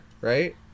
right